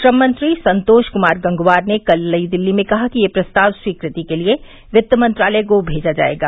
श्रम मंत्री संतोष कुमार गंगवार ने कल नई दिल्ली में कहा कि यह प्रस्ताव स्वीकृति के लिए वित्त मंत्रालय को भेजा जाएगा